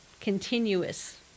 continuous